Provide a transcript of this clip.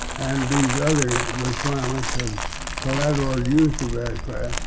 and these other requirements of collateral use of aircraft,